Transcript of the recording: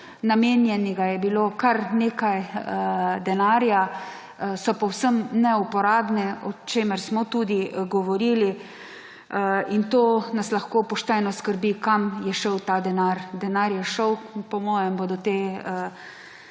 namenjenega kar nekaj denarja, so pa povsem neuporabne, o čemer smo tudi govorili. In to nas lahko pošteno skrbi, kam je šel ta denar. Denar je šel. Po mojem se bodo te